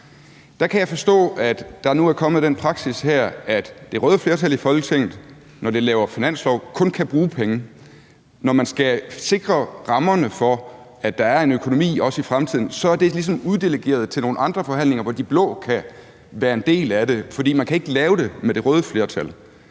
Der kan jeg forstå, at der nu er kommet den praksis her, at det røde flertal i Folketinget, når vi laver finanslov, kun kan bruge penge. Når man skal sikre rammerne for, at der er en økonomi også i fremtiden, så er det ligesom uddelegeret til nogle andre forhandlinger, hvor de blå kan være en del af det. For man kan ikke lave det med det røde flertal.